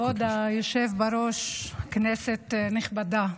כבוד היושב בראש, כנסת נכבדה,